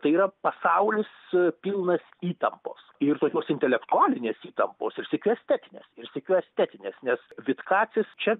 tai yra pasaulis pilnas įtampos ir tokios intelektualinės įtampos ir sykiu estetinės ir sykiu estetinės nes vitkacis čia